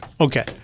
Okay